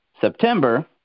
September